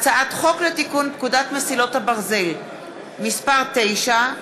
הצעת חוק לתיקון פקודת מסילות הברזל (מס' 9),